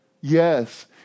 yes